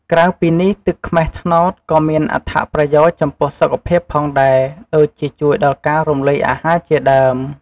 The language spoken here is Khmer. ក្រៅពីនេះ ទឹកខ្មេះត្នោតក៏មានអត្ថប្រយោជន៍ចំពោះសុខភាពផងដែរ ដូចជាជួយដល់ការរំលាយអាហារជាដើម។